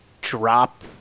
drop